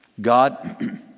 God